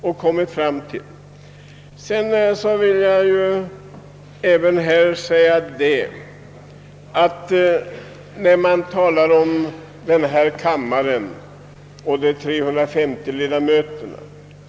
Jag har ingenting emot att man talar om den nya kammaren och de 350 1edamöterna.